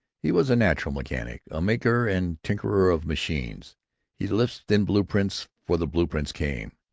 he was a natural mechanic, a maker and tinkerer of machines he lisped in blueprints for the blueprints came.